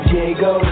Diego